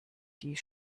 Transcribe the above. die